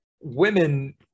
women